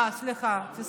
אה, סליחה, פספסתי.